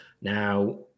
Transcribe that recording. now